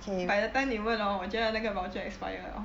by the time you 问 hor 我觉得那个 voucher expire 了